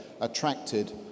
attracted